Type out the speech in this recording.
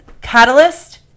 Catalyst